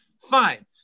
Fine